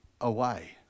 away